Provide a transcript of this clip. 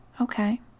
Okay